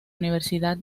universidad